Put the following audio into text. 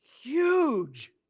huge